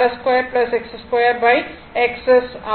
Rs XP Rs2 XS2 XS ஆகும்